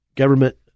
Government